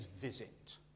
visit